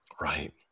Right